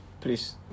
Please